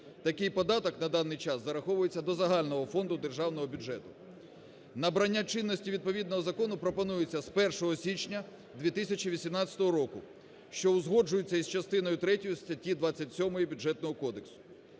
Такий податок на даний час зараховується до загального фонду Державного бюджету. Набрання чинності відповідного закону пропонується з 1 січня 2018 року, що узгоджується із частиною третьою статті 27 Бюджетного кодексу.